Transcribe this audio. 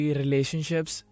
relationships